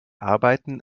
arbeiten